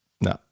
no